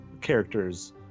characters